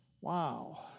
Wow